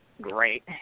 great